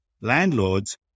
Landlords